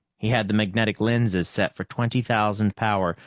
he had the magnetic lenses set for twenty thousand power,